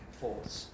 force